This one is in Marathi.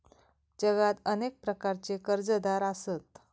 जगात अनेक प्रकारचे कर्जदार आसत